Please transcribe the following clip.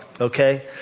Okay